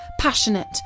passionate